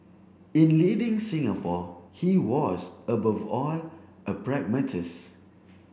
in leading Singapore he was above all a pragmatist